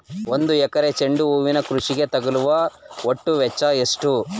ಒಂದು ಎಕರೆ ಚೆಂಡು ಹೂವಿನ ಕೃಷಿಗೆ ತಗಲುವ ಒಟ್ಟು ವೆಚ್ಚ ಎಷ್ಟು?